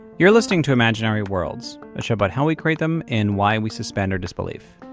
you're listening to imaginary worlds, a show about how we create them and why we suspend our disbelief.